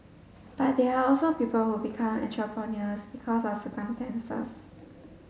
but there are also people who become entrepreneurs because of circumstances